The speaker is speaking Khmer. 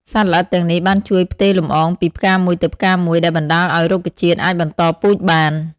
សត្វល្អិតទាំងនេះបានជួយផ្ទេរលំអងពីផ្កាមួយទៅផ្កាមួយ ដែលបណ្ដាលឲ្យរុក្ខជាតិអាចបន្តពូជបាន។